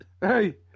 hey